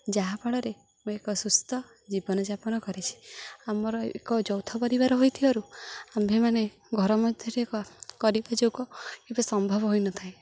ଯାହା ଫଳରେ ମୁଁ ଏକ ସୁସ୍ଥ ଜୀବନଯାପନ କରିଛି ଆମର ଏକ ଯୌଥ ପରିବାର ହୋଇଥିବାରୁ ଆମ୍ଭେମାନେ ଘର ମଧ୍ୟରେ ଏକ କରିବା ଯୋଗ କେବେ ସମ୍ଭବ ହୋଇନଥାଏ